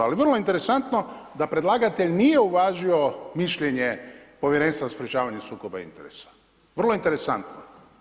Ali, vrlo interesantno, da predlagatelj nije uvažio mišljenje Povjerenstva o sprječavanju sukoba interesa, vrlo interesantno.